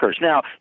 Now